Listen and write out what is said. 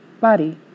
body